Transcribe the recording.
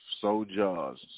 soldiers